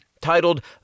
Titled